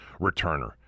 returner